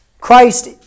Christ